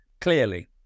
Clearly